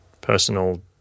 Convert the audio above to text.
personal